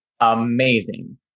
amazing